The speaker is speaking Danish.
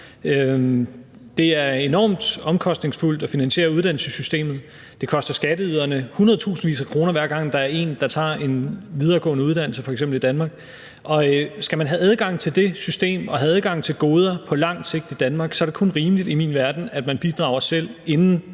Det er enormt omkostningsfuldt at finansiere uddannelsessystemet, det koster skatteyderne hundredtusindvis af kroner, hver gang der er en, der tager en videregående uddannelse i Danmark. Skal man have adgang til det system og have adgang til goder på lang sigt i Danmark, er det i min verden kun rimeligt, at man selv bidrager, inden